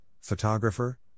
photographer